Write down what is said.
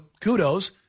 kudos